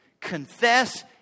Confess